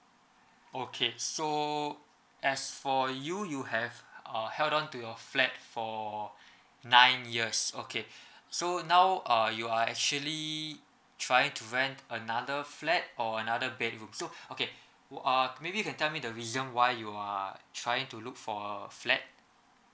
okay so as for you you have uh held on to your flat for nine years okay so now uh you are actually trying to rent another flat or another bedroom so okay who uh maybe you can tell me the reason why you are trying to look for a flat